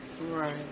Right